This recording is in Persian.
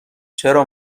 چرا